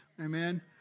Amen